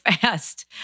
fast